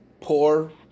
poor